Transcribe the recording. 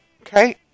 Okay